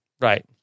Right